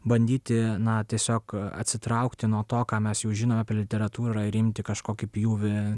bandyti na tiesiog atsitraukti nuo to ką mes jau žinom apie literatūrą ir imti kažkokį pjūvį